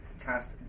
cast